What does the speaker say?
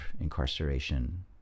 incarceration